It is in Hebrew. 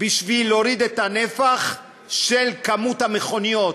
בשביל להוריד את הנפח של כמות המכוניות,